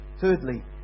Thirdly